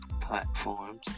platforms